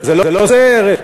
זה לא זה אראל?